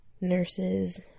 nurses